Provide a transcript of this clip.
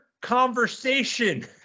conversation